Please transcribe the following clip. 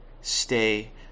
Stay